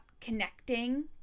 connecting